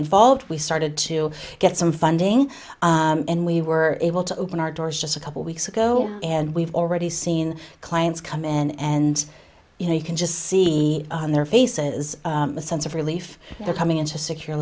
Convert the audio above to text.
involved we started to get some funding and we were able to open our doors just a couple weeks ago and we've already seen clients come in and you know you can just see their faces a sense of relief coming into a secure